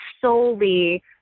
solely